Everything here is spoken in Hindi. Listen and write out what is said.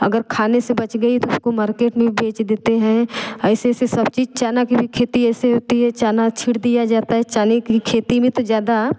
अगर खाने से बच गई तो उसको मार्केट में बेच देते हैं ऐसे ऐसे सब्जी चना की भी खेती ऐसी होती है चना छींट दिया जाता है चने की खेती में तो ज़्यादा